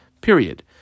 Period